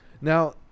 Now